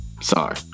Sorry